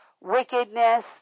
wickedness